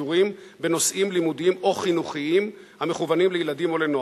השידורים בנושאים לימודיים או חינוכיים המכוונים לילדים או לנוער.